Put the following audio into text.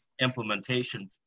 implementation